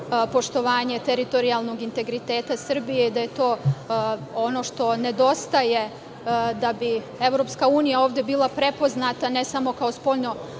poštovanje teritorijalnog integriteta Srbije, da je to ono što nedostaje da bi EU ovde bila prepoznata, ne samo kao